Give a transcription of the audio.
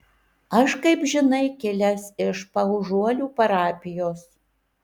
aš kaip žinai kilęs iš paužuolių parapijos